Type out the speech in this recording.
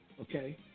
okay